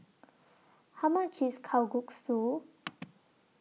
How much IS Kalguksu